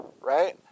right